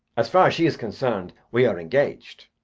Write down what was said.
as far as she is concerned, we are engaged.